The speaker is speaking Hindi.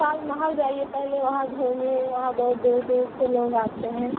ताज महल जाइए पहले वहाँ घूमिए वहाँ बहुत दूर दूर से लोग आते हैं